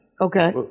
Okay